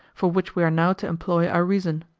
for which we are now to employ our reason.